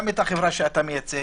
גם החברה שאתה מייצג,